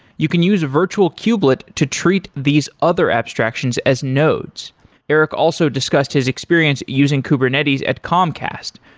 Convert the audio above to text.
you can use a virtual cubelet to treat these other abstractions as nodes erik also discussed his experience using kubernetes at comcast,